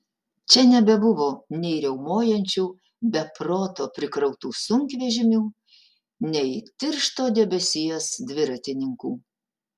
čia nebebuvo nei riaumojančių be proto prikrautų sunkvežimių nei tiršto debesies dviratininkų